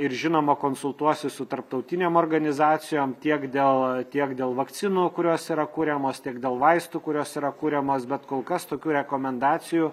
ir žinoma konsultuosis su tarptautinėm organizacijom tiek dėl tiek dėl vakcinų kurios yra kuriamos tiek dėl vaistų kurios yra kuriamos bet kol kas tokių rekomendacijų